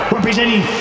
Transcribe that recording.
representing